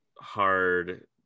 hard